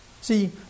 See